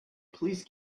please